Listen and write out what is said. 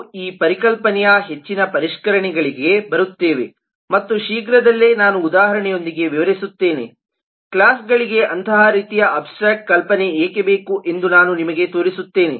ನಾವು ಈ ಪರಿಕಲ್ಪನೆಯ ಹೆಚ್ಚಿನ ಪರಿಷ್ಕರಣೆಗಳಿಗೆ ಬರುತ್ತೇವೆ ಮತ್ತು ಶೀಘ್ರದಲ್ಲೇ ನಾನು ಉದಾಹರಣೆಯೊಂದಿಗೆ ವಿವರಿಸುತ್ತೇನೆ ಕ್ಲಾಸ್ಗಳಿಗೆ ಅಂತಹ ರೀತಿಯ ಅಬ್ಸ್ಟ್ರ್ಯಾಕ್ಟ್ ಕಲ್ಪನೆ ಏಕೆ ಬೇಕು ಎಂದು ನಾನು ನಿಮಗೆ ತೋರಿಸುತ್ತೇನೆ